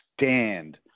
stand